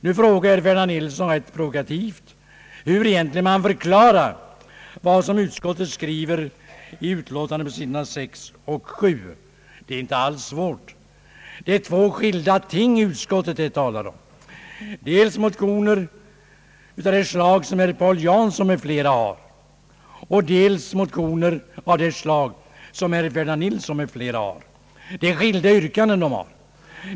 Herr Ferdinand Nilsson frågade rätt provokatoriskt hur man egentligen förklarar vad utskottet skriver på sidorna 6 och 7 i utlåtandet, Det är inte alls svårt. Utskottet talar om två skilda ting. Det är fråga om skilda yrkanden i motioner av det slag som herr Paul Jansson m, fl. har väckt och motioner av det slag som avgivits av herr Ferdinand Nilsson m.fl.